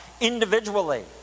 individually